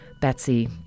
Betsy